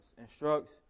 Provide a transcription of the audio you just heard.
instructs